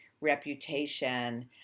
reputation